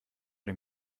dem